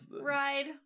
ride